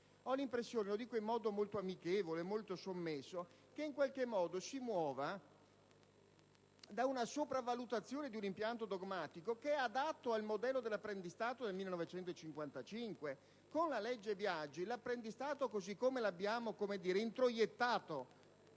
Ho l'impressione, lo dico in modo molto amichevole e sommesso, che in qualche modo essa si muova da una sopravvalutazione di un impianto dogmatico che è adatto al modello dell'apprendistato del 1955. Con la legge Biagi l'apprendistato, così come lo abbiamo introiettato